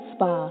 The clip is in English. Spa